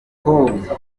ufite